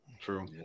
True